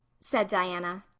said diana,